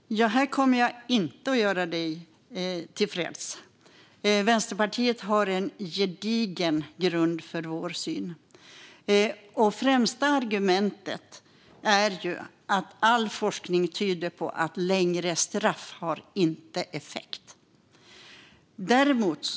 Fru talman! Här kommer jag inte att göra dig tillfreds, Louise Meijer. Vi i Vänsterpartiet har en gedigen grund för vår syn. Det främsta argumentet är att all forskning tyder på att längre straff inte har effekt.